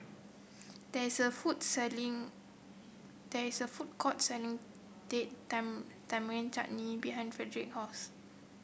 there is a food selling there is a food court selling Date Tamarind Chutney behind Fredric's house